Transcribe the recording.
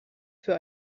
für